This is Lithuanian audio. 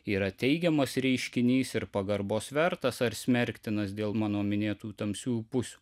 yra teigiamas reiškinys ir pagarbos vertas ar smerktinas dėl mano minėtų tamsiųjų pusių